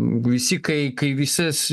visi kai kai visas